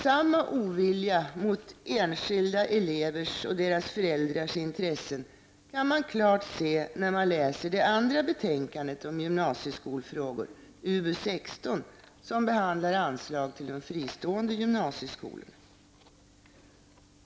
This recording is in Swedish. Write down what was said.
Samma ovilja mot enskilda elevers och deras föräldrars intressen kan man klart se när man läser det andra betänkandet om gymnasieskolfrågor, UbU16, som behandlar anslag till de fristående gymnasieskolorna.